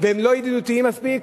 והם לא ידידותיים מספיק,